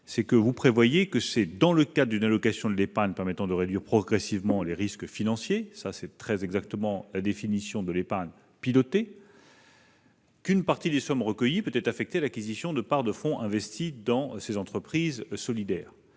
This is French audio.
termes de votre amendement, c'est « dans le cadre d'une allocation de l'épargne permettant de réduire progressivement les risques financiers »- cela correspond très exactement à la définition de l'épargne pilotée -« qu'une partie des sommes recueillies [pourrait] être affectée à l'acquisition de parts de fonds investis dans les entreprises solidaires